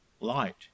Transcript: Light